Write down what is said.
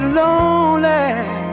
lonely